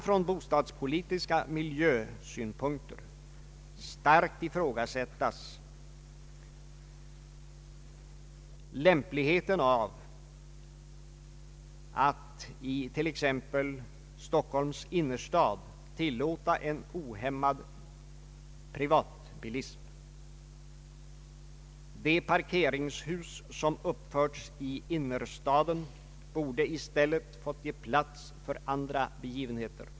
Från bostadspolitiska miljösynpunkter kan starkt ifrågasättas lämpligheten av att i t.ex. Stockholms innerstad tillåta en ohämmad privatbilism. De parkeringshus som har uppförts i innerstaden borde i stället ha fått ge plats för andra begivenheter.